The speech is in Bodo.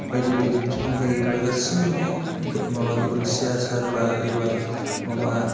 बायदि बायदि बिफां गायोब्ला गासैबो बियो माबा गोबोरखि हासार एबा माबा